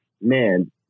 man